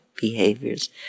behaviors